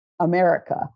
America